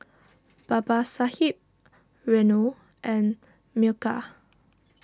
Babasaheb Renu and Milkha